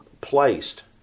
placed